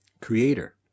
Creator